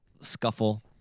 scuffle